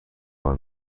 کار